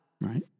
Right